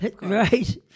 Right